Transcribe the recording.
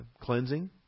cleansing